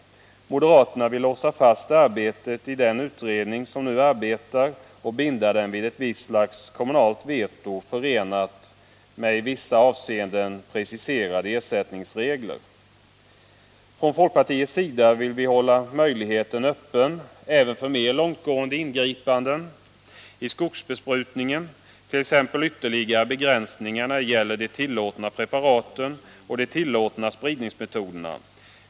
Moderaterna vill låsa fast arbetet i den utredning som nu arbetar och binda den vid ett visst slags kommunalt veto, förenat med i vissa avseenden preciserade ersättningsregler. Från folkpartiets sida vill vi hålla möjligheten öppen även för mer långtgående ingripanden i skogsbesprutningen, t.ex. ytterligare begränsningar när det gäller de tillåtna preparaten och de tillåtna spridningsmetoderna.